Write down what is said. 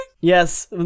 Yes